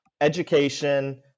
education